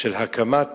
של הקמת